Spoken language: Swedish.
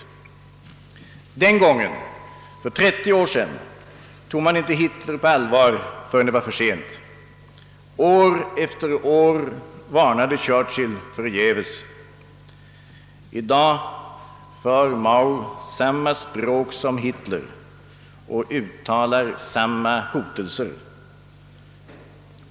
Den gången, för 30 år sedan, tog man inte Hitler på allvar förrän det var för sent. År efter år varnade Churchill förgäves. I dag för Mao samma språk som Hitler och uttalar samma hotelser.